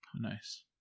Nice